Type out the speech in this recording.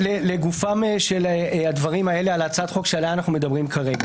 לגופם של הדברים האלה על הצעת החוק שעליה אנחנו מדברים כרגע